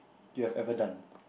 you have ever done